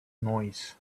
noise